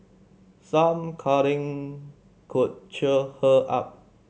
some cuddling could cheer her up